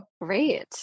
Great